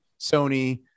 Sony